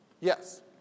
Yes